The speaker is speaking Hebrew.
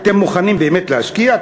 אתם מוכנים באמת להשקיע?